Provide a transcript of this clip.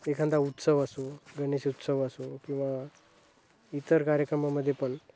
एखादा उत्सव असो गणेश उत्सव असो किंवा इतर कार्यक्रमामध्ये पण